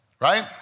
Right